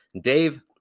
Dave